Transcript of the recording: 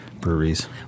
breweries